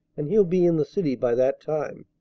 and he'll be in the city by that time.